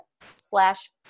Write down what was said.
slash